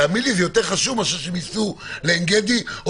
תאמין לי שזה יותר חשוב מאשר שייסעו לעין גדי או